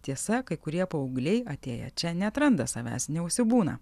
tiesa kai kurie paaugliai atėję čia neatranda savęs neužsibūna